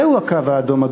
זהו הקו האדום,